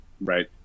Right